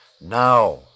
now